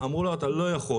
אמרו לו: אתה לא יכול.